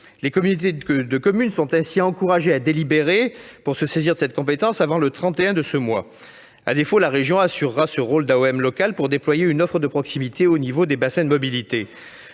Les communautés de communes sont ainsi encouragées à délibérer pour se saisir de cette compétence avant le 31 de ce mois ; à défaut, la région assurera ce rôle d'AOM locale pour déployer une offre de proximité au niveau des bassins de mobilité.